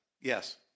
Yes